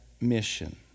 mission